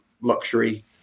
luxury